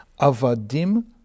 Avadim